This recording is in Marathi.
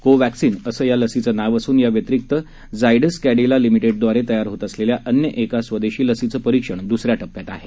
कोवॅक्सिन असं या लसीचं नाव असून या व्यतिरिक्त जायड्स कॅडिला लिमिटेडद्वारा तयार होत असलेल्या अन्य एका स्वदेशी लसीचं परिक्षण दुसऱ्या टप्प्यात आहे